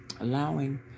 allowing